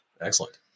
Excellent